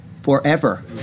forever